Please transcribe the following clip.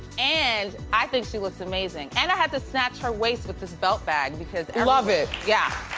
and i think she looks amazing and i had to snatch her waist with this belt bag because and i. love it. yeah.